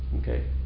Okay